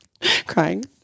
crying